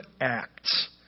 Acts